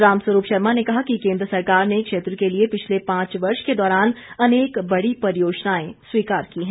रामस्वरूप शर्मा ने कहा कि केंद्र सरकार ने क्षेत्र के लिए पिछले पांच वर्ष के दौरान अनेक बड़ी परियोजनाएं स्वीकार की है